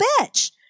bitch